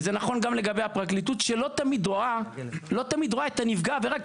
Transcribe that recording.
וזה נכון גם לגבי הפרקליטות שלא תמיד רואה את נפגע העבירה,